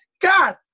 God